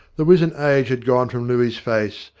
the wizen age had gone from looey's face,